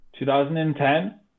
2010